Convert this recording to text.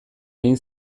egin